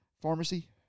pharmacy